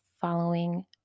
following